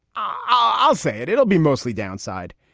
i'll i'll say it. it'll be mostly downside,